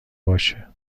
باشه